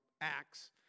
Acts